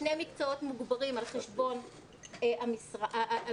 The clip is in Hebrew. שני מקצועות מוגברים על חשבון התקצוב,